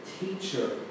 teacher